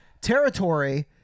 territory